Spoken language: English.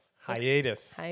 hiatus